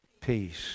peace